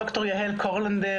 ד"ר יהל קורלנדר,